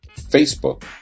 facebook